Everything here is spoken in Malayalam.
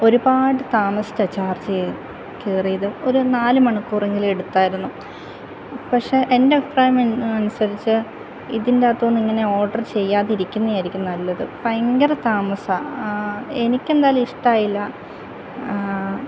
ഒരുപാട് താമസിച്ചാണ് ചാർജ് കേ കയറിയതും ഒരു നാലുമണിക്കൂർ എങ്കിലും എടുത്തായിരുന്നു പക്ഷേ എൻ്റെ അഭിപ്രായം അനുസരിച്ച് ഇതിൻ്റെ അകത്തുനിന്ന് ഓർഡർ ചെയ്യാണ്ടിരിക്കുന്നതായിരിക്കും നല്ലത് ഭയങ്കര താമസമാണ് എനിക്കെന്തായാലും ഇഷ്ടമായില്ല